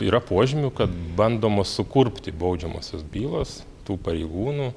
yra požymių kad bandoma sukurpti baudžiamosios bylos tų pareigūnų